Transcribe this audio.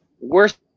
Worst